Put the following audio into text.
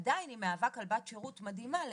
ועדיין היא מהווה כלבת שירות מדהימה לאפרת.